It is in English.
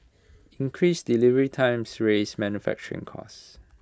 increased delivery times raise manufacturing costs